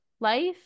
life